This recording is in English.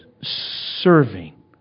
serving